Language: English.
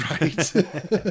Right